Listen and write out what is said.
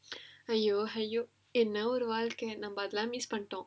!aiyo! !aiyo! என்ன ஒரு வாழ்க்கை நாம அதெல்லாம்:enna oru vaalkai naama athellaam miss பண்ணிட்டோம்:pannittom